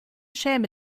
schäme